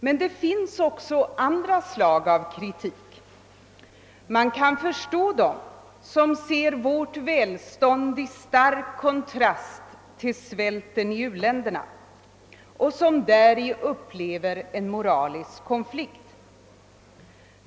Men det finns också andra slag av kritik. Man kan förstå dem som ser vårt välstånd i stark kontrast till svälten i u-länderna och som därvid upplever en moralisk konflikt.